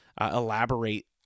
elaborate